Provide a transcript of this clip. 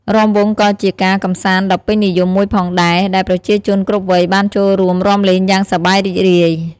រាំវង់ ក៏ជាការកម្សាន្តដ៏ពេញនិយមមួយផងដែរ ដែលប្រជាជនគ្រប់វ័យបានចូលរួមរាំលេងយ៉ាងសប្បាយរីករាយ។